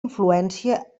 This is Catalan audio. influència